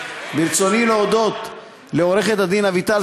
ברצוני להודות לעורכת-הדין אביטל